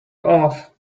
off